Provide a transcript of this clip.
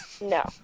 No